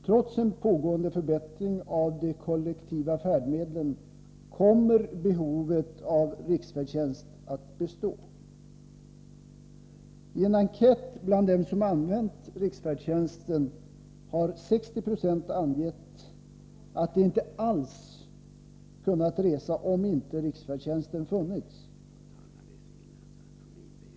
Trots en pågående förbättring av de kollektiva färdmedlen kommer behovet av riksfärdtjänst att bestå. I en enkät bland dem som använt riksfärdtjänsten har 60 26 angett att de inte alls kunnat resa om inte riksfärdtjänsten funnits.